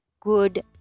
good